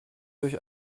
durch